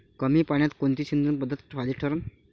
कमी पान्यात कोनची सिंचन पद्धत फायद्याची ठरन?